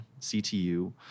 CTU